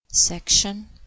SECTION